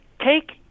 take